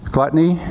Gluttony